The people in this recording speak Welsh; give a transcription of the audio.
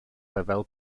ryfel